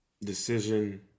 decision